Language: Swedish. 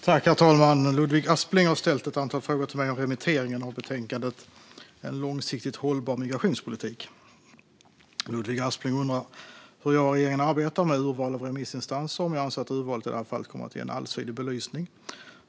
Herr talman! Ludvig Aspling har ställt ett antal frågor till mig om remitteringen av betänkandet En långsiktigt hållbar migrationspolitik . Ludvig Aspling undrar hur jag och regeringen arbetar med urval av remissinstanser och om jag anser att urvalet i det här fallet kommer att ge en allsidig belysning.